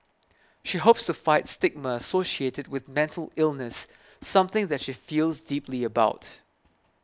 she hopes to fight stigma associated with mental illness something that she feels deeply about